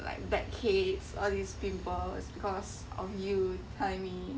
like black heads all these pimples because of you tell me